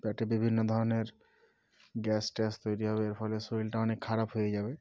পেটে বিভিন্ন ধরনের গ্যাস ট্যাস তৈরি হবে এর ফলে শরীরটা অনেক খারাপ হয়ে যাবে